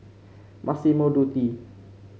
Massimo Dutti